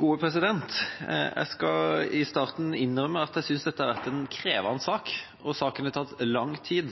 Jeg skal i starten innrømme at jeg synes dette har vært en krevende sak, og saken har tatt lang tid.